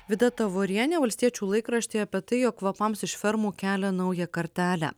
vida tavorienė valstiečių laikraštyje apie tai jog kvapams iš fermų kelia naują kartelę